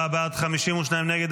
44 בעד, 52 נגד.